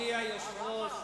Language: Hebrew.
אדוני היושב-ראש,